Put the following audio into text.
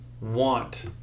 want